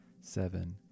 seven